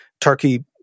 Turkey